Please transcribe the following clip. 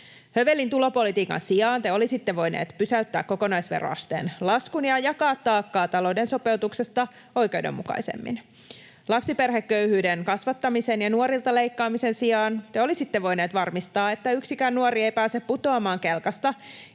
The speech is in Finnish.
Hövelin tulopolitiikan sijaan te olisitte voineet pysäyttää kokonaisveroasteen laskun ja jakaa taakkaa talouden sopeutuksesta oikeudenmukaisemmin. Lapsiperheköyhyyden kasvattamisen ja nuorilta leikkaamisen sijaan te olisitte voineet varmistaa, että yksikään nuori ei pääse putoamaan kelkasta,